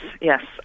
yes